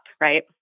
Right